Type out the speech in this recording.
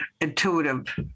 intuitive